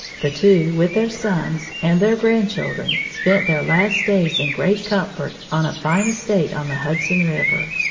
the two, with their sons, and their grandchildren, spent their last days in great comfort, on a fine estate on the hudson river.